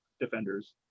defenders